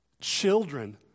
Children